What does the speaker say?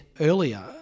earlier